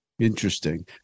Interesting